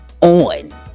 on